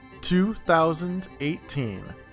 2018